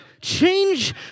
Change